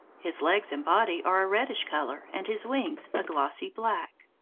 his legs and body are a reddish colour and his wings a glossy black.